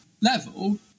level